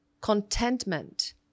contentment